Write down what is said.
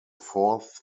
fourth